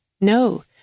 No